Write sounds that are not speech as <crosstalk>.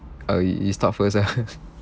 uh you you start first ah <laughs>